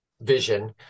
vision